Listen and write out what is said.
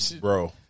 Bro